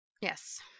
Yes